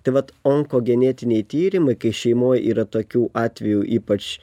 tai vat onkogenetiniai tyrimai kai šeimoj yra tokių atvejų ypač